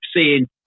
seeing